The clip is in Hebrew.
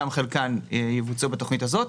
גם חלקן יבוצעו בתוכנית הזאת,